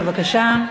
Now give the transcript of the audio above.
בבקשה.